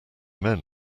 men